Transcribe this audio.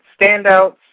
standouts